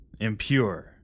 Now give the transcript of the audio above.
impure